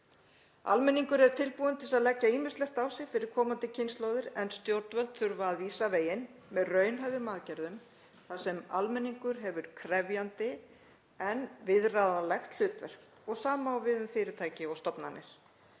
Almenningur er tilbúinn til að leggja ýmislegt á sig fyrir komandi kynslóðir en stjórnvöld þurfa að vísa veginn með raunhæfum aðgerðum þar sem almenningur hefur krefjandi en viðráðanlegt hlutverk og hið sama á við um fyrirtæki og stofnanir.